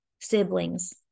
siblings